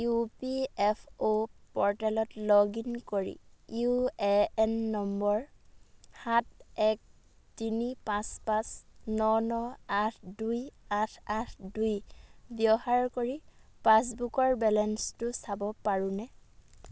U P F অ' প'ৰ্টেলত log in কৰি ইউ এ এন নম্বৰ সাত এক তিনি পাঁচ পাঁচ ন ন আঠ দুই আঠ আঠ দুই ব্যৱহাৰ কৰি পাছবুকৰ বেলেঞ্চটো চাব পাৰোঁনে